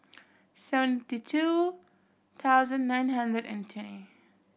seventy two thousand nine hundred and twenty